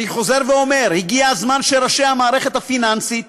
אני חוזר ואומר: הגיע הזמן שראשי המערכת הפיננסית,